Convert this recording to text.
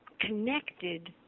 connected